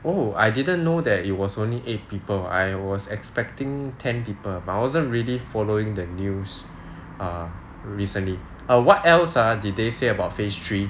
oh I didn't know that it was only eight people I was expecting ten people but I wasn't really following the news err recently err what else ah did they say about phase three